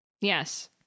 yes